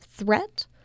threat